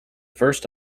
first